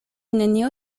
nenio